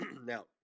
Now